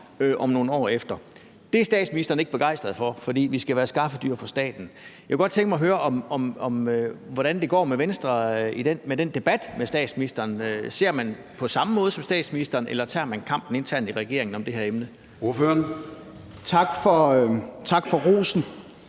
om nogle år. Det er statsministeren ikke begejstret for, for vi skal være skaffedyr for staten. Jeg kunne godt tænke mig at høre, hvordan det går med Venstre med den debat med statsministeren. Ser man på det på samme måde som statsministeren, eller tager man kampen internt i regeringen om det her emne?